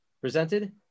presented